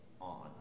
on